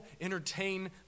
entertain